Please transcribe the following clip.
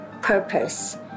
purpose